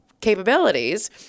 capabilities